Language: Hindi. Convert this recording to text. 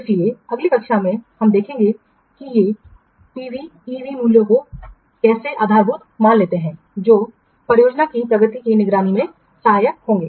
इसलिए अगली कक्षा में हम देखेंगे कि ये पीवी ईवी मूल्यों को कैसे आधारभूत मान लेते हैं जो परियोजना की प्रगति की निगरानी में सहायक होंगे